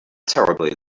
terribly